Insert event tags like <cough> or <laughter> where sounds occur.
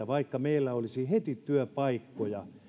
<unintelligible> vaikka meillä olisi heti työpaikkoja